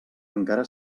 encara